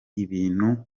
ibintu